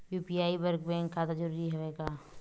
UPI बर bank खाता जरूरी हवय का?